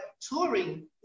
touring